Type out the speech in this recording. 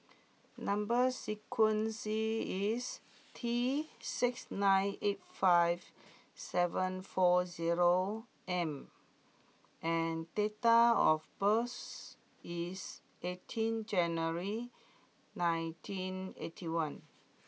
number sequence is T six nine eight five seven four zero M and date of birth is eighteen January nineteen eighty one